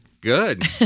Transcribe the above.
Good